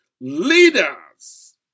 leaders